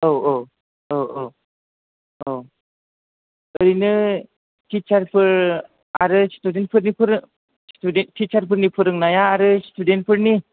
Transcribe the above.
औ औ औ औ औ ओरैनो टिचारफोर आरो स्टुडेन्टफोरनि फोरों स्टुडेन्ट टिचारफोरनि फोरोंनाया आरो स्टुडेन्टफोरनि